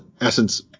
essence